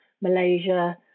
Malaysia